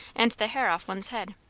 and the hair off one's head.